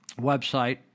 website